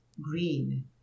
green